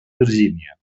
virgínia